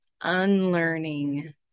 unlearning